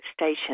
station